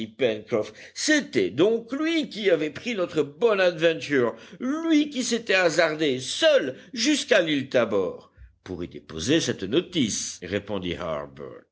c'était donc lui qui avait pris notre bonadventure lui qui s'était hasardé seul jusqu'à l'île tabor pour y déposer cette notice répondit harbert